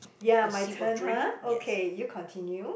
ya my turn ha okay you continue